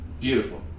beautiful